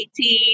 18